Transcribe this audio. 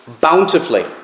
bountifully